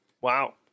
Wow